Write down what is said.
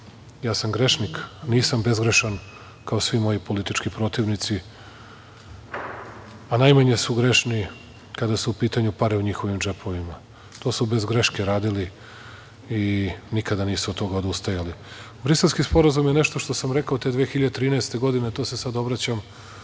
Ja sam grešnik, nisam bezgrešan, kao svi moji politički protivnici, a najmanje su grešni kada su u pitanju pare u njihovim džepovima. To su bez greške radili i nikada nisu od toga odustajali. Briselski sporazum je, nešto što sam rekao te 2013. godine, to se sad obraćam